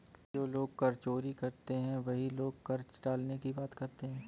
जो लोग कर चोरी करते हैं वही कर टालने की बात करते हैं